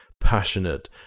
passionate